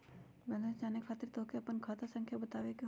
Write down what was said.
Balance जाने खातिर तोह के आपन खाता संख्या बतावे के होइ?